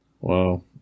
Wow